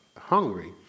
hungry